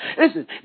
Listen